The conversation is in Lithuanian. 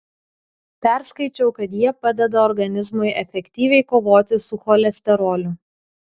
perskaičiau kad jie padeda organizmui efektyviai kovoti su cholesteroliu